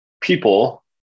people